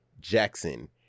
Jackson